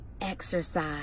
exercise